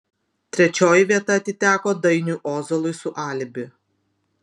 trečioji vieta atiteko dainiui ozolui su alibi